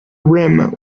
rim